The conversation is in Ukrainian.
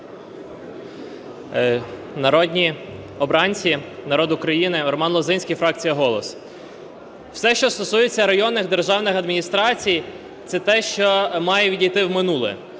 Народні обранці, народ Украйни! Роман Лозинський, фракція "Голос". Все, що стосується районних державних адміністрацій – це те, що має відійти в минуле,